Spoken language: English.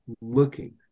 looking